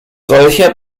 solcher